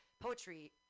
poetry